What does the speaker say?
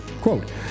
Quote